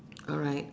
alright